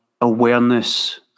awareness